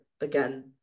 again